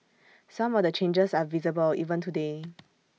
some of the changes are visible even today